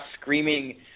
screaming